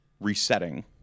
resetting